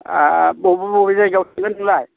हाब बबे बबे जायगायाव थांगोन नोंलाय